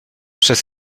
przez